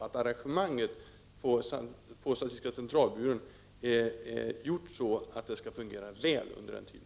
Arrangemanget på statistiska centralbyrån är gjort så att det skall fungera väl under den tiden.